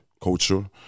culture